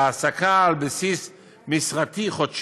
בהעסקה על בסיס משרתי-חודשי.